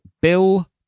Bill